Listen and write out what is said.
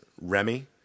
Remy